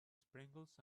sprinkles